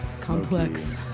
complex